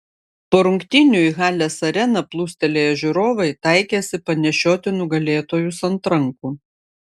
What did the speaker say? po rungtynių į halės areną plūstelėję žiūrovai taikėsi panešioti nugalėtojus ant rankų